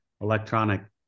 electronic